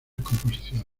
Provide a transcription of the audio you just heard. composiciones